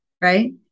right